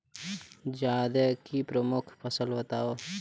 जायद की प्रमुख फसल बताओ